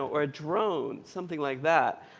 or a drone, something like that.